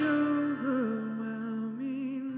overwhelming